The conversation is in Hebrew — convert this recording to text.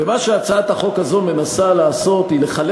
ומה שהצעת החוק הזאת מנסה לעשות הוא לחלק